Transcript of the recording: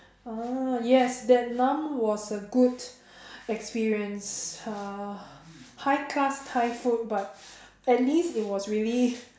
ah yes that nahm was a good experience uh high class Thai food but at least it was really